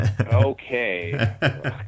okay